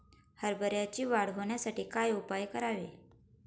हरभऱ्याची वाढ होण्यासाठी काय उपाय करावे?